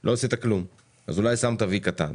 לא עשית כלום, אולי עשית וי קטן.